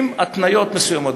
עם התניות מסוימות.